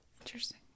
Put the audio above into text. Interesting